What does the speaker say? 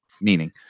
meaning